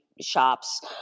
shops